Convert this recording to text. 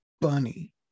bunny